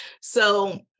So-